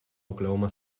oklahoma